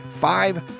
Five